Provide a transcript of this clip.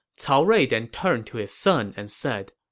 cao rui then turned to his son and said,